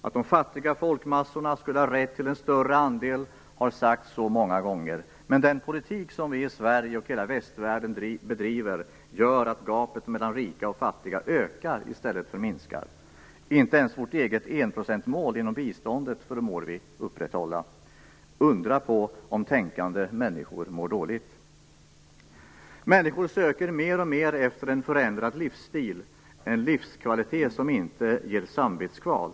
Att de fattiga folkmassorna skulle ha rätt till en större andel har sagts så många gånger. Men den politik som vi i Sverige och i hela västvärlden driver gör att gapet mellan rika och fattiga ökar i stället för att minska. Inte ens vårt eget enprocentsmål inom biståndet förmår vi upprätthålla. Inte undra på att tänkande människor mår dåligt! Människor söker mer och mer efter en förändrad livsstil, en livskvalitet som inte ger samvetskval.